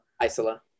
Isola